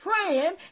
praying